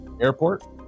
airport